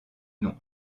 nom